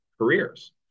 careers